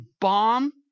bomb